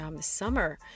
summer